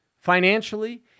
financially